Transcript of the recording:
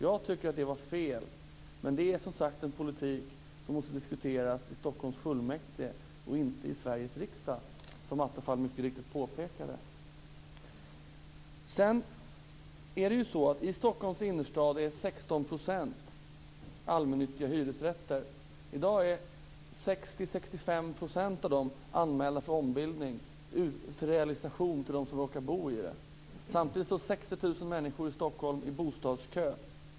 Jag tycker att det var fel, men det är som sagt en politik som måste diskuteras i Stockholms fullmäktige och inte i Sveriges riksdag, som Attefall mycket riktigt påpekade. I Stockholms innerstad är 16 % allmännyttiga hyresrätter. I dag är 60-65 % av dem anmälda för ombildning - för realisation till dem som råkar bo i dem. Samtidigt står 60 000 människor i Stockholm i bostadskö.